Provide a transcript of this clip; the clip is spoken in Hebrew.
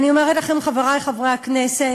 אני אומרת לכם, חברי חברי הכנסת,